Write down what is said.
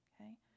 Okay